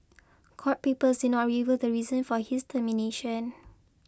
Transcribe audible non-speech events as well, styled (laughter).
court papers (unintelligible) not reveal the reason for his termination